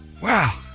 Wow